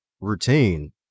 routine